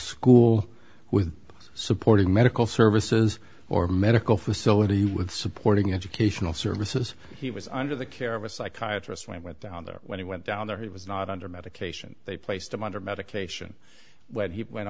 school with supporting medical services or medical facility with supporting educational services he was under the care of a psychiatry swaim went down there when he went down there he was not under medication they placed him under medication when he when